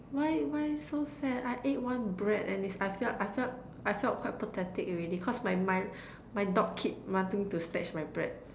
why why so sad I ate one bread and it's I felt I felt I felt quite pathetic already cause my my dog kept wanting to snatch my bread